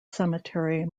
cemetery